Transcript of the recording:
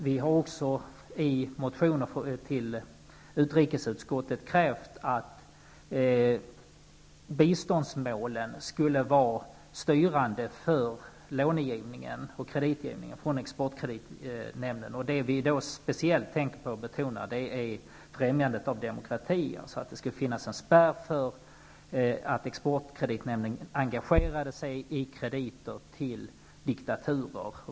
Vi har också i motioner till utrikesutskottet krävt att biståndsmålen skulle vara styrande för långivning från exportkreditnämnden. Vi tänkte speciellt på främjandet av demokratin, att det skall finnas en spärr för exportkreditnämndens engagemang i krediter till diktaturer.